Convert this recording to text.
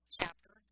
chapter